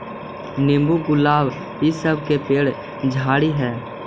नींबू, गुलाब इ सब के पेड़ झाड़ि हई